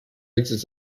exits